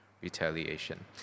retaliation